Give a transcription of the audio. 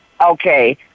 Okay